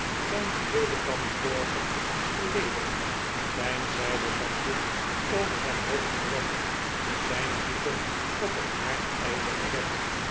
zijn tweede kan porter geledigd zijn zijden zakdoek over zijn hoofd gelegd zijn voeten op het haardijzer gezet